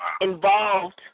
involved